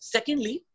Secondly